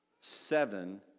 seven